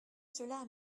cela